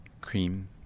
cream